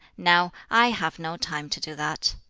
now i have no time to do that.